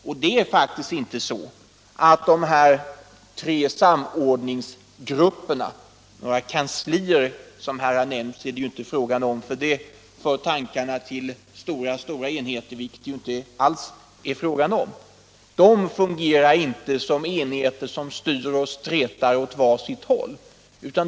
Och de här tre samordningsgrupperna är faktiskt inte några kanslier, som här har sagts; det för ju tankarna till stora enheter som styr och stretar åt var sitt håll, vilket det inte alls är fråga om.